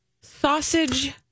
Sausage